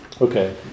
okay